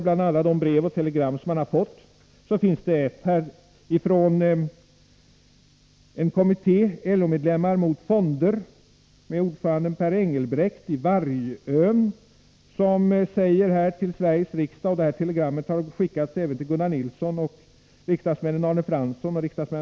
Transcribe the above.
Bland alla de brev och telegram som jag har fått vill jag redovisa ett som kommit från en kommitté, LO-medlemmar mot fonder, med ordförande Per Engelbrekt i Vargön. Detta telegram har skickats även till Gunnar Nilsson och riksdagsmännen Arne Fransson och Elver Jonsson.